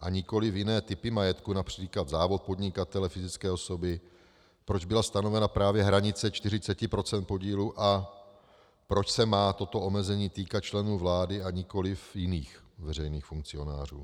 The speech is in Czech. a nikoliv jiné typy majetku, např. závod podnikatele fyzické osoby, proč byla stanovena právě hranice 40 % podílu a proč se má toto omezení týkat členů vlády, a nikoliv jiných veřejných funkcionářů.